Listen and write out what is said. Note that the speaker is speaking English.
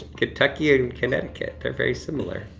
kentucky and connecticut, they're very similar.